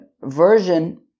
version